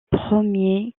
premier